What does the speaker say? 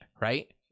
right